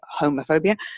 homophobia